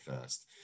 first